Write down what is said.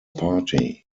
party